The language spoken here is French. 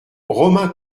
romain